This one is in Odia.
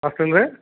ହଷ୍ଟେଲରେ